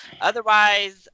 otherwise